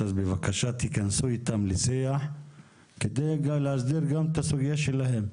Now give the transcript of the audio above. אז בבקשה תיכנסו איתם לשיח כדי להסדיר גם את הסוגיה שלהם.